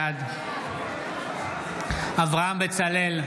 בעד אברהם בצלאל,